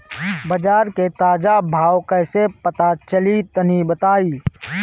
बाजार के ताजा भाव कैसे पता चली तनी बताई?